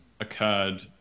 occurred